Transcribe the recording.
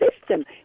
system